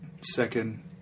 second